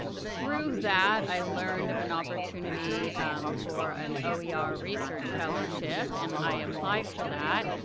through that, i learned of an opportunity for an oer ah oer research fellowship. and i applied for that.